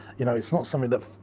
you know, its not something that,